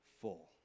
full